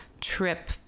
trip